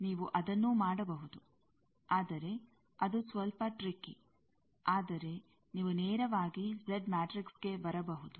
ನೀವು ಅದನ್ನೂ ಮಾಡಬಹುದು ಆದರೆ ಅದು ಸ್ವಲ್ಪ ಟ್ರಿಕ್ಕಿ ಆದರೆ ನೀವು ನೇರವಾಗಿ ಜೆಡ್ ಮ್ಯಾಟ್ರಿಕ್ಸ್ಗೆ ಬರಬಹುದು